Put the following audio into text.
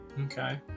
okay